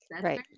Right